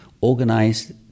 organize